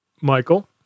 Michael